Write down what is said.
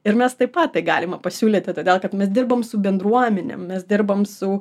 ir mes taip pat tai galima pasiūlyti todėl kad mes dirbam su bendruomenėm mes dirbam su